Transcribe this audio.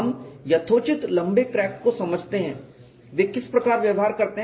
हम यथोचित लंबे क्रैक को समझते हैं वे किस प्रकार व्यवहार करते हैं